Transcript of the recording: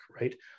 right